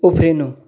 उफ्रिनु